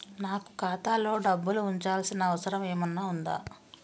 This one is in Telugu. నాకు ఖాతాలో డబ్బులు ఉంచాల్సిన అవసరం ఏమన్నా ఉందా?